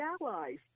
allies